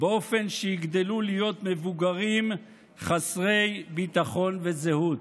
באופן שיגדלו להיות מבוגרים חסרי ביטחון וזהות.